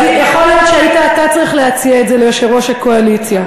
אז יכול להיות שהיית צריך אתה להציע את זה ליושב-ראש הקואליציה.